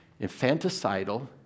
infanticidal